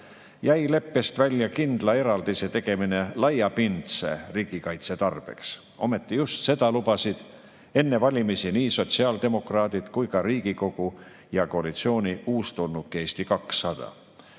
jäi leppest välja kindla eraldise tegemine laiapindse riigikaitse tarbeks. Ometi just seda lubasid enne valimisi nii sotsiaaldemokraadid kui ka Riigikogu ja koalitsiooni uustulnuk Eesti 200.